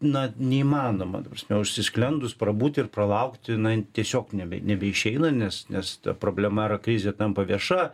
na neįmanoma ta prasme užsisklendus prabūti ir pralaukti tiesiog nebe nebeišeina nes nes ta problema ar krizė tampa vieša